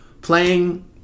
playing